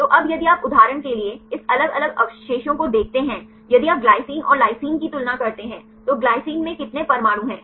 तो अब यदि आप उदाहरण के लिए इस अलग अलग अवशेषों को देखते हैं यदि आप ग्लाइसिन और लाइसिन की तुलना करते हैं तो ग्लाइसिन में कितने परमाणु हैं